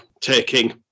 taking